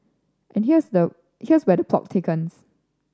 and here's the here's where the plot thickens